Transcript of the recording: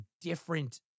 different